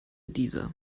dieser